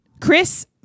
Chris